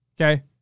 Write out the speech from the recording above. Okay